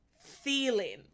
feeling